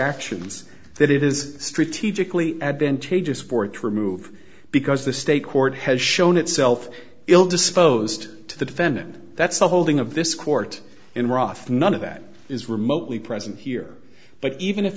actions that it is strategically advantageously for it to remove because the state court has shown itself ill disposed to the defendant that's the holding of this court in rough none of that is remotely present here but even if